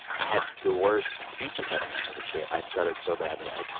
i had the worst speech impediment as a kid. i stuttered so badly. i,